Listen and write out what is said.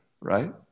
right